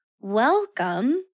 welcome